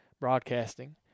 broadcasting